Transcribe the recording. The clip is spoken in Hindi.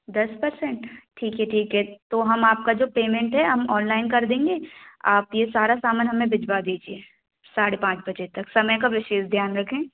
दस परसेंट ठीक है ठीक है तो हम आपका जो पेमेंट है हम ऑनलाइन कर देंगे आप ये सारा सामान हमें भिजवा दीजिए साढ़े पाँच बजे तक समय का विशेष ध्यान रखें